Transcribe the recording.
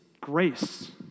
grace